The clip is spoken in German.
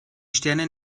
sterne